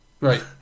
Right